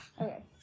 Okay